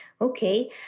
Okay